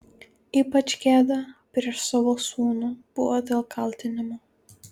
ypač gėda prieš savo sūnų buvo dėl kaltinimo